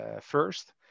first